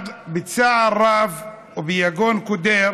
בצער רב וביגון קודר